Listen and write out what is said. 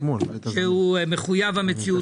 שהוא מחויב המציאות.